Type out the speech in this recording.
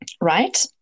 Right